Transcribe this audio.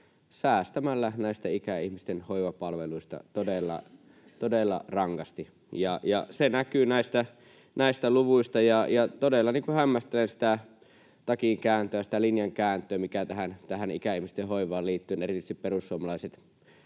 säästämällä näistä ikäihmisten hoivapalveluista todella rankasti. Se näkyy näistä luvuista. Todella hämmästelen sitä takin kääntöä ja sitä linjan kääntöä, minkä ikäihmisten hoivaan liittyen erityisesti perussuomalaiset